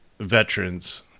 veterans